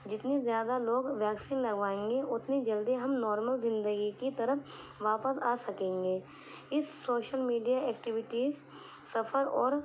جتنی زیادہ لوگ ویکسین لگوائیں گے اتنی جلدی ہم نارمل زندگی کی طرف واپس آ سکیں گے اس سوشل میڈیا ایکٹوٹیز سفر اور